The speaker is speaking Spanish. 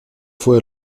fue